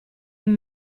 live